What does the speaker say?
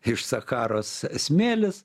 iš sacharos smėlis